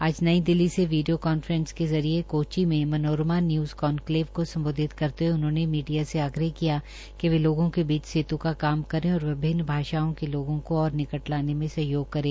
आज नई दिल्ली से video conferencing के जरिये कोचि में मनोरमा न्यूज़ कान्कलेव को स्मबोधित करते हए उन्होंने मीडिया से आग्रह किया कि वे लोगों के बीच सेत् का काम करे और विभिन्न भाषाओं के लोगों को और निकट लाने में सहयोग करे